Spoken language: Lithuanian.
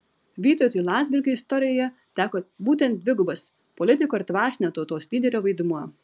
vytautui landsbergiui istorijoje teko būtent dvigubas politiko ir dvasinio tautos lyderio vaidmuo